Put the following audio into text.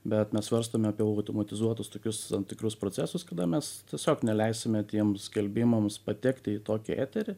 bet mes svarstome apie automatizuotus tokius tam tikrus procesus kada mes tiesiog neleisime tiem skelbimams patekti į tokį eterį